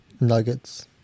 nuggets